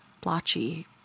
blotchy